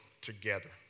together